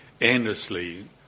endlessly